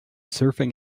surfing